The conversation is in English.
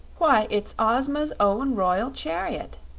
why, it's ozma's own royal chariot!